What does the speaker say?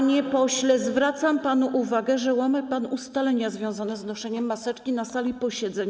Panie pośle, zwracam panu uwagę, że łamie pan ustalenia związane z noszeniem maseczki na sali posiedzeń.